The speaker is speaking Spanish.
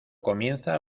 comienza